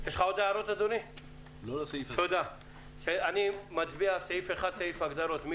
אני מציע על סעיף 1, סעיף ההגדרות, עם